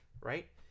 right